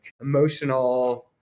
emotional